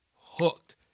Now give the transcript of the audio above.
hooked